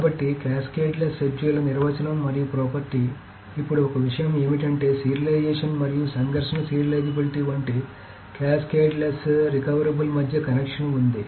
కాబట్టి అది క్యాస్కేడ్లెస్ షెడ్యూల్ల నిర్వచనం మరియు ప్రాపర్టీ ఇప్పుడు ఒక విషయం ఏమిటంటే సీరియలైజేషన్ మరియు సంఘర్షణ సీరియలిజబిలిటీ వంటి క్యాస్కేడ్లెస్ రికవబుల్ మధ్య కనెక్షన్ ఉంది